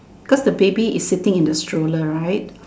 cause the baby is sitting in the stroller right